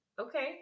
okay